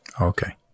Okay